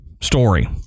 story